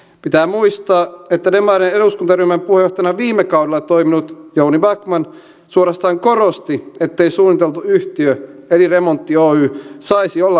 pitää muistaa että demareiden eduskuntaryhmän puheenjohtajana viime kaudella toiminut jouni backman suorastaan korosti ettei suunniteltu yhtiö eli remontti oy saisi olla vain kertapanostus